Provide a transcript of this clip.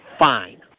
Fine